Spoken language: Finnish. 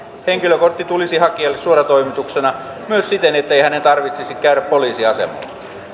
henkilökortti tulisi hakijalle suoratoimituksena myös siten ettei hänen tarvitsisi käydä poliisiasemalla